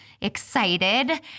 excited